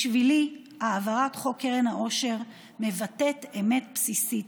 בשבילי, העברת חוק קרן העושר מבטאת אמת בסיסית: